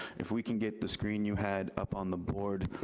if we can get the screen you had up on the board,